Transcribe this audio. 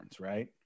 right